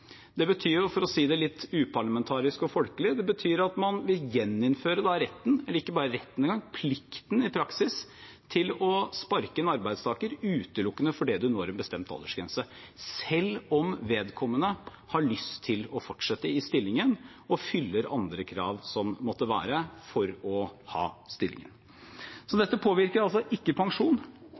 Det betyr, for å si det litt uparlamentarisk og folkelig, at man vil gjeninnføre retten – ikke bare retten, men i praksis plikten – til å sparke en arbeidstaker utelukkende fordi vedkommende når en bestemt aldersgrense, selv om vedkommende har lyst til å fortsette i stillingen og fyller andre krav som måtte være for å ha stillingen. Dette påvirker altså ikke